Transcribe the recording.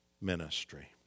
ministry